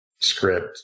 script